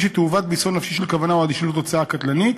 שתאופיין ביסוד נפשי של כוונה או אדישות לתוצאה הקטלנית,